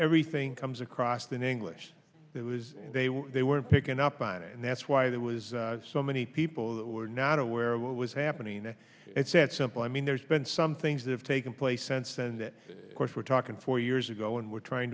everything comes across the english that was they were they weren't picking up on it and that's why there was so many people that were not aware of what was happening and said something i mean there's been some things that have taken place since then that course we're talking four years ago and we're trying